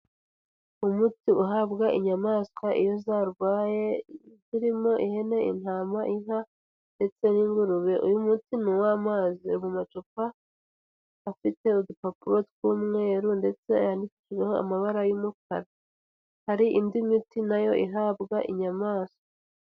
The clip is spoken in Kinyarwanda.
Umuti uhabwa inyamaswa iyo zarwaye, zirimo ihene, intama, inka, ndetse n'ingurube. Uyu mutsi ni uw'amazi, mu macupa afite udupapuro tw'umweru, ndetse yandikishijweho amabara y'umukara. Hari indi miti nayo ihabwa inyamaswa.